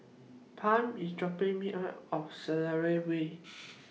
Pam IS dropping Me off of Selarang Way